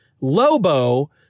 Lobo